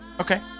okay